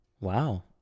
Wow